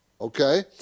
okay